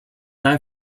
now